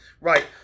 right